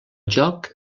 joc